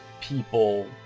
people